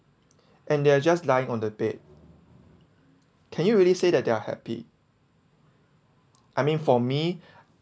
and they are just lying on the bed can you really say that they are happy I mean for me